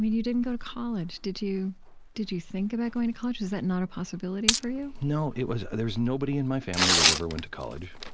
you didn't go to college. did you did you think about going to college? was that not a possibility for you? no, it was there was nobody in my family that ever went to college,